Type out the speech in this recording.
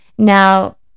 Now